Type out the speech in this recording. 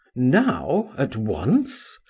now, at once?